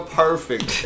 perfect